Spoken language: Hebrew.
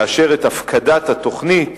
לאשר את הפקדת תוכנית